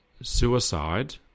suicide